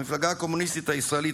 המפלגה הקומוניסטית הישראלית,